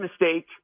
mistake